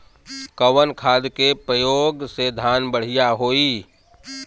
कवन खाद के पयोग से धान बढ़िया होई?